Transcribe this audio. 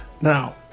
Now